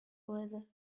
whether